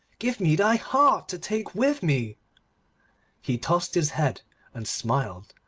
give me thy heart to take with me he tossed his head and smiled.